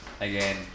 again